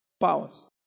powers